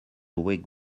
week